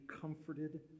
comforted